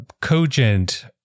cogent